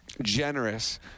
generous